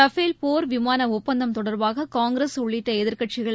Rafale போர் விமான ஒப்பந்தம் தொடர்பாக காங்கிரஸ் உள்ளிட்ட எதிர்க்கட்சிகள்